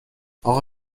اقا